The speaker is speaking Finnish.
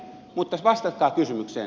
mutta vastatkaa kysymykseen